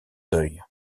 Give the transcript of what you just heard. deuil